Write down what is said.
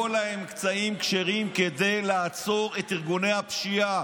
כל האמצעים כשרים כדי לעצור את ארגוני הפשיעה,